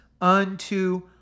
unto